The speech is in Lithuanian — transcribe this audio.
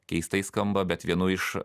keistai skamba bet vienu iš